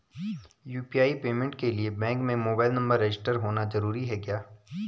UPI payment के लिए bank में मोबाइल नंबर रजिस्टर्ड होना जरूरी है क्या?